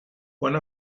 one